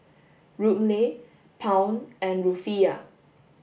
Ruble Pound and Rufiyaa